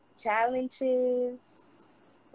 challenges